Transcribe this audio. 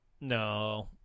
No